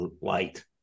light